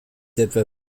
etwa